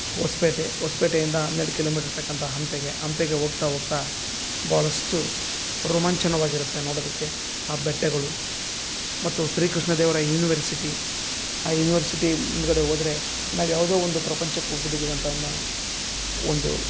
ಹೊಸಪೇಟೆ ಹೊಸ್ಪೇಟೆಯಿಂದ ಹನ್ನೆರಡು ಕಿಲೋಮೀಟ್ರ್ ಇರ್ತಕ್ಕಂಥ ಹಂಪೆಗೆ ಹಂಪೆಗೆ ಹೋಗ್ತಾ ಹೋಗ್ತಾ ಭಾಳಷ್ಟು ರೋಮಾಂಚನವಾಗಿರತ್ತೆ ನೋಡೋದಕ್ಕೆ ಆ ಬೆಟ್ಟಗಳು ಮತ್ತು ಶ್ರೀಕೃಷ್ಣದೇವರಾಯ ಯುನಿವರ್ಸಿಟಿ ಆ ಯುನಿವರ್ಸಿಟಿ ಮುಂದ್ಗಡೆ ಹೋದ್ರೆ ನಾವು ಯಾವುದೋ ಒಂದು ಪ್ರಪಂಚಕ್ಕೆ ಹೋಗ್ಬಿಟ್ಟಿದಿವಿ ಅಂತ ಅನ್ನೋ ಒಂದು